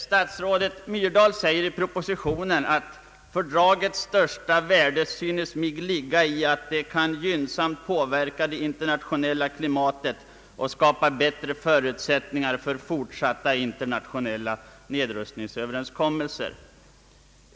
Statsrådet Myrdal säger i propositionen att fördragets största värde synes ligga i att det kan gynnsamt påverka det internationella klimatet och skapa bättre förutsättningar för fortsatta internationella nedrustningsöverenskommelser.